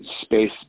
space